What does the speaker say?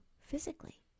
physically